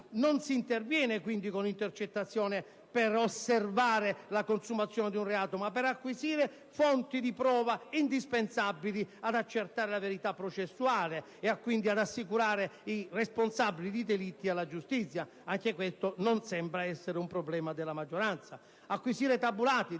non si interviene con l'intercettazione per osservare la consumazione di un reato, ma per acquisire fonti di prova indispensabili ad accertare la verità processuale e quindi ad assicurare i responsabili dei delitti alla giustizia: anche questo non sembra essere un problema della maggioranza. Acquisire tabulati,